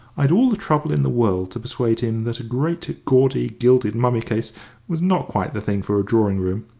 i'd all the trouble in the world to persuade him that a great gaudy gilded mummy-case was not quite the thing for a drawing-room.